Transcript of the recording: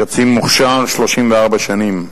קצין מוכשר, 34 שנים.